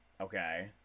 Okay